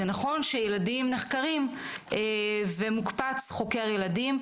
זה נכון שילדים נחקרים ומוקפץ חוקר ילדים,